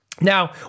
Now